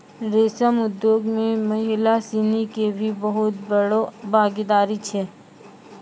रेशम उद्योग मॅ महिला सिनि के भी बहुत बड़ो भागीदारी छै